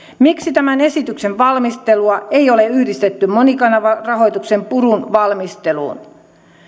miksi tämän esityksen valmistelua ei ole yhdistetty monikanavarahoituksen purun valmisteluun